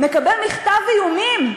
מקבל מכתב איומים,